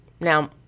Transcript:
Now